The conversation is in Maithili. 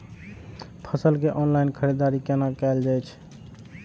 फसल के ऑनलाइन खरीददारी केना कायल जाय छै?